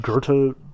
Goethe